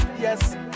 yes